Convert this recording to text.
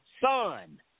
son